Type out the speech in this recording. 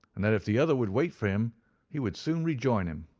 and that if the other would wait for him he would soon rejoin him.